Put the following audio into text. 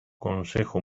consejo